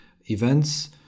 events